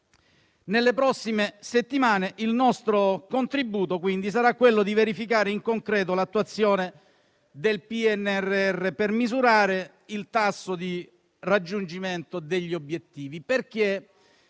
Nelle prossime settimane, il nostro contributo sarà quello di verificare in concreto l'attuazione del PNRR, per misurare il tasso di raggiungimento degli obiettivi,